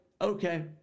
okay